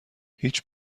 هیچ